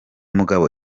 mugabo